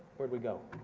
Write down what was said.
where'd we go?